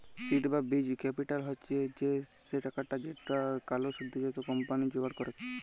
seed বা বীজ capital হচ্ছ সে টাকাটা যেইটা কোলো সদ্যজাত কম্পানি জোগাড় করেক